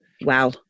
wow